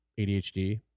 ADHD